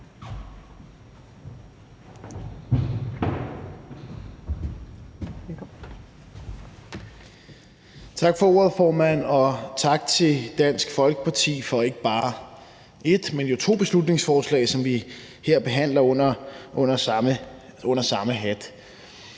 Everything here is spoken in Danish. Tak for ordet, formand, og tak til Dansk Folkeparti for ikke bare ét, men jo to beslutningsforslag, som vi her behandler under samme hat.